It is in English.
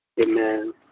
Amen